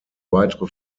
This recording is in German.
weitere